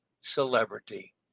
Celebrity